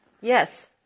Yes